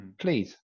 please